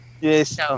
Yes